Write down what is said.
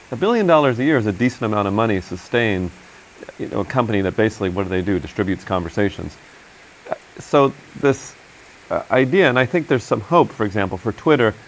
a billion dollars a year is a decent amount of money, sustained, you know, a company that basically, what do they do? distributes conversations. ah so this. ah idea and i think there's some hope for example, for twitter,